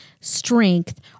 strength